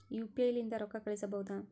UPI ಲಿಂದ ರೊಕ್ಕ ಕಳಿಸಬಹುದಾ?